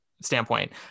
standpoint